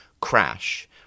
crash